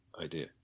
idea